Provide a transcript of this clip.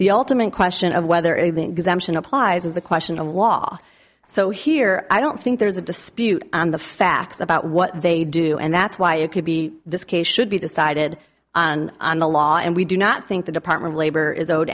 the ultimate question of whether it applies is a question of law so here i don't think there's a dispute on the facts about what they do and that's why it could be this case should be decided on the law and we do not think the department of labor is owed